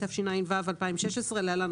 התשע"ו-2016 (להלן,